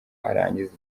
arangize